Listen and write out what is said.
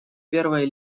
первой